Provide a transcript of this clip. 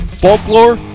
folklore